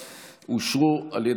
נתקבלו.